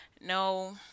No